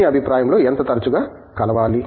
మీ అభిప్రాయంలో ఎంత తరచుగా కాలవాలి